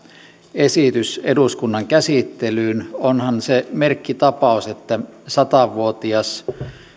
esitys eduskunnan käsittelyyn onhan se merkkitapaus että satavuotias